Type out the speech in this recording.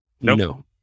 No